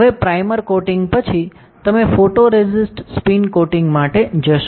હવે primer coating પછી તમે ફોટોરેસિસ્ટ સ્પિન કોટિંગ માટે જશો